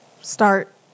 start